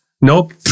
Nope